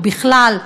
ובכלל,